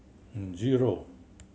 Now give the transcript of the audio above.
zero